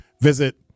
visit